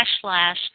slash